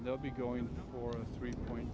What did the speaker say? they'll be going for a three point